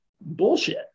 bullshit